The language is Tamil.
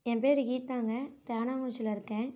என் பேரு கீதாங்க தேனாங்குறிச்சியில் இருக்கேன்